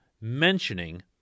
mentioning